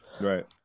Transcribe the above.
right